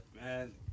man